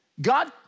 God